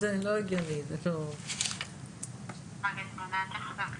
הגעתי לשירות הודעות.